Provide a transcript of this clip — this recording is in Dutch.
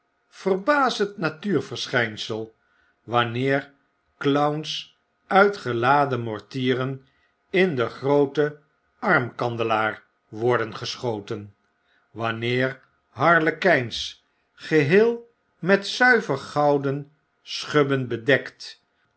pantomime verbazendnatuurverschpsell wanneer clowns uit geladen mortieren in den grooten armkandelaar worden geschoten wanneer harlekps geheel met zuiver gouden schubben bedekt